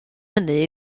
hynny